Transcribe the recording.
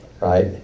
right